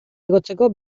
igotzeko